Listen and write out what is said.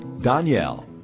Danielle